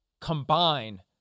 combine